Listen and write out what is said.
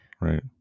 Right